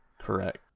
Correct